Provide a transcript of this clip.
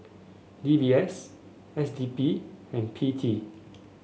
D B S S D P and P T